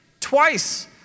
Twice